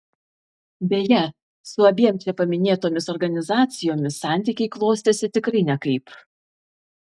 beje su abiem čia paminėtomis organizacijomis santykiai klostėsi tikrai nekaip